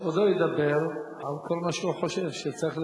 כבודו ידבר על כל מה שהוא חושב שצריך לדבר.